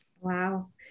Wow